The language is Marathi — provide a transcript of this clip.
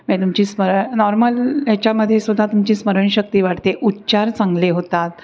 म्हणजे तुमची स्मर नॉर्मल ह्याच्यामध्ये सुद्धा तुमची स्मरणशक्ती वाढते उच्चार चांगले होतात